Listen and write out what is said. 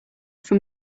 from